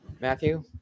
Matthew